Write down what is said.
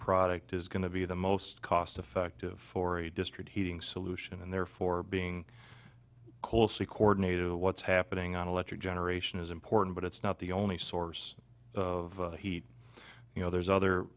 product is going to be the most cost effective for a district heating solution and therefore being colson coordinated what's happening on electric generation is important but it's not the only source of heat you know there's other